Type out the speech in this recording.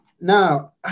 now